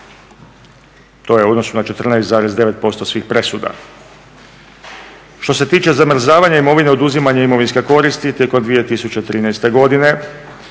To je u odnosu na 14,9% svih presuda. Što se tiče zamrzavanja imovine, oduzimanja imovinske koristi tijekom 2013. godine